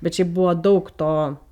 bet šiaip buvo daug to